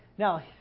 Now